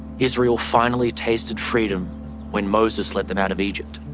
israel finally tasted freedom when moses led them out of egypt.